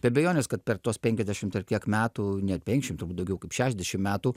be abejonės kad per tuos penkiasdešimt ar kiek metų ne penkiasdešimt daugiau kaip šešiasdešimt metų